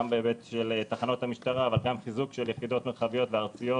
גם בהיבט של תחנות המשטרה אבל גם בחיזוק של יחידות מרחביות וארציות